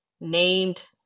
named